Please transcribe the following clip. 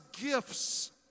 gifts